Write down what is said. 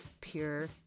pure